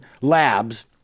labs